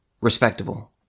respectable